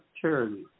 charity